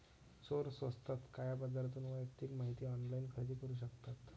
चोर स्वस्तात काळ्या बाजारातून वैयक्तिक माहिती ऑनलाइन खरेदी करू शकतात